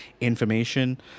information